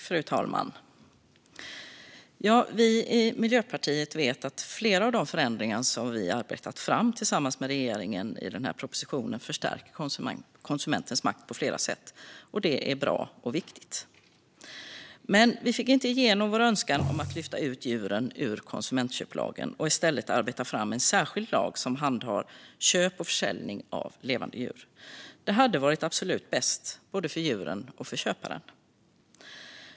Fru talman! Vi i Miljöpartiet vet att flera av de förändringar som vi arbetat fram tillsammans med regeringen i denna proposition förstärker konsumentens makt på flera sätt. Det är bra och viktigt. Vi fick dock inte igenom vår önskan om att lyfta ut djuren ur konsumentköplagen och i stället arbeta fram en särskild lag som handhar köp och försäljning av levande djur. Det hade varit absolut bäst både för djuren och för köparen.